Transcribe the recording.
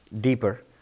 deeper